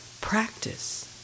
practice